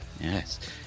Yes